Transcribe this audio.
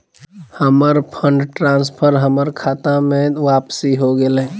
हमर fund transfer हमर खता में वापसी हो गेलय